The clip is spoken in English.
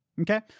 Okay